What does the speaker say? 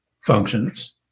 functions